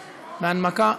הנמקה.